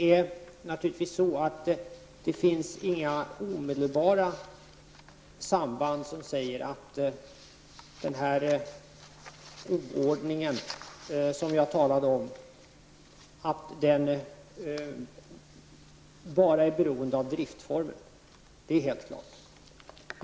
Fru talman! Det finns inga omedelbara samband som säger att den oordning som jag talade om, bara beror på driftsformen. Det är helt klart.